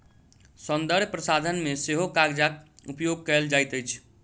सौन्दर्य प्रसाधन मे सेहो कागजक उपयोग कएल जाइत अछि